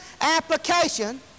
application